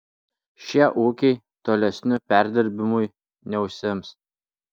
šie ūkiai tolesniu perdirbimui neužsiims